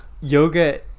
yoga